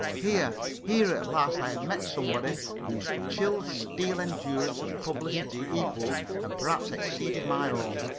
here here at last i had met somebody whose chilled-steel endurance of publicity equalled, and perhaps exceeded, my own.